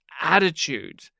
attitude